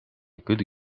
good